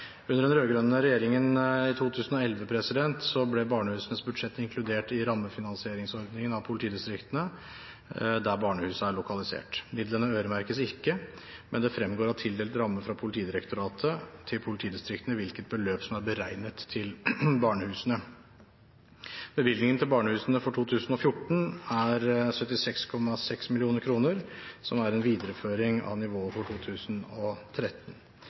Under den rød-grønne regjeringen i 2011 ble barnehusenes budsjett inkludert i rammefinansieringsordningen for politidistriktene der barnehusene er lokalisert. Midlene øremerkes ikke, men det fremgår av tildelt ramme fra Politidirektoratet til politidistriktene hvilket beløp som er beregnet til barnehusene. Bevilgningen til barnehusene for 2014 er 76,6 mill. kr, noe som er en videreføring av nivået for 2013.